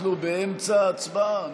אנחנו באמצע ההצבעה.